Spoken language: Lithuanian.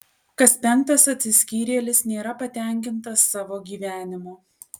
kas penktas atsiskyrėlis nėra patenkintas savo gyvenimu